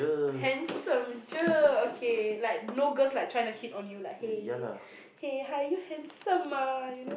handsome cher okay like no girls like trying to hit on you like hey hey hi you handsome mah